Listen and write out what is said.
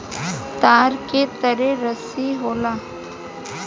तार के तरे रस्सी होला